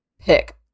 pick